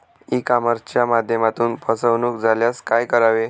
E कॉमर्सच्या माध्यमातून फसवणूक झाल्यास काय करावे?